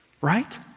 Right